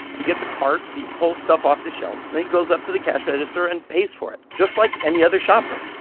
he gets a cart, he pulls stuff off the shelves, and then he goes up to the cash register and pays for it, just like any other shopper.